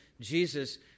Jesus